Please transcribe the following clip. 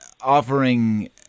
offering